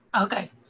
Okay